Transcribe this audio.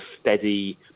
steady